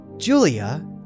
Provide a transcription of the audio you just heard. Julia